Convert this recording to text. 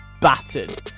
battered